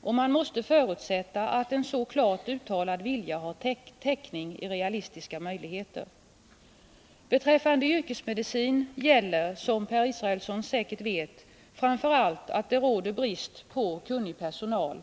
och man måste förutsätta att en så klart uttalad vilja har täckning i realistiska möjligheter. Beträffande yrkesmedicin gäller, som Per Israelsson säkerligen vet, framför allt att det råder brist på kunnig personal.